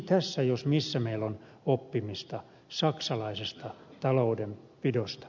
tässä jos missä meillä on oppimista saksalaisesta taloudenpidosta